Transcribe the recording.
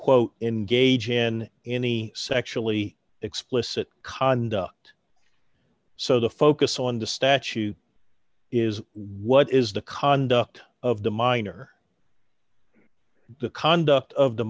quote in gauge in any sexually explicit conduct so the focus on the statute is what is the conduct of the minor the conduct of the